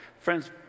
Friends